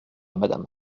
madame